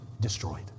destroyed